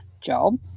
job